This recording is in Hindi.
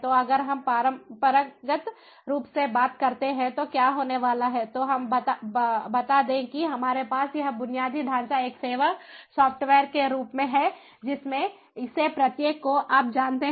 तो अगर हम परंपरागत रूप से बात करते हैं तो क्या होने वाला है तो हम बता दें कि हमारे पास यह बुनियादी ढांचा एक सेवा सॉफ़्टवेयर के रूप में है जिसमें से प्रत्येक को आप जानते हैं